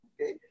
Okay